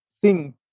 sing